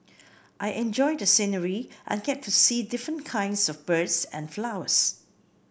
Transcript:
I enjoy the scenery and get to see different kinds of birds and flowers